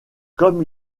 comme